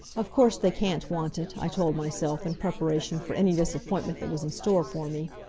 of course they can't want it, i told myself, in preparation for any disappointment that was in store for me.